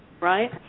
right